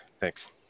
Thanks